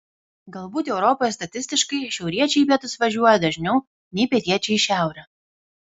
galbūt europoje statistiškai šiauriečiai į pietus važiuoja dažniau nei pietiečiai į šiaurę